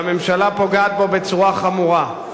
והממשלה פוגעת בו בצורה חמורה.